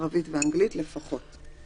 ערבית ואנגלית לפחות.